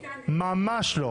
ממש לא.